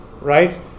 right